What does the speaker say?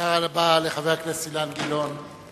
תודה רבה לחבר הכנסת אילן גילאון.